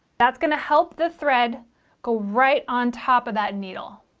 that's gonna help the thread go right on top of that needle